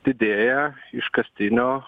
didėja iškastinio